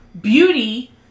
Beauty